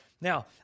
Now